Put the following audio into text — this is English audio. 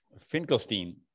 Finkelstein